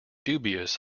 dubious